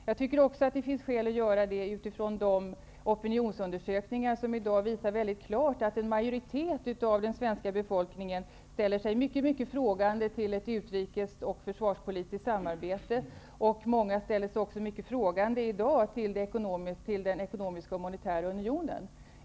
Det finns också skäl att göra det utifrån de opinionsundersökningar som i dag visar mycket klart att en majoritet av den svenska befolkningen ställer sig mycket frågande till ett utrikes och försvarspolitiskt samarbete. Många ställer sig också mycket frågande till den ekonomiska och monetära unionen.